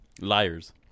Liars